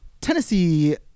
Tennessee